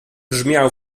brzmiał